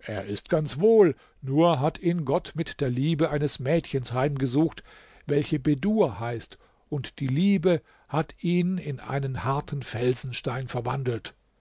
er ist ganz wohl nur hat ihn gott mit der liebe eines mädchens heimgesucht welches bedur heißt und die liebe hat ihn in einen harten felsenstein verwandelt